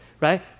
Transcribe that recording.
right